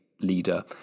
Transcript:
leader